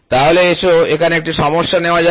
তাহলে এসো এখানে সমস্যাটি নেওয়া যাক